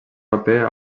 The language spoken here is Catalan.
paper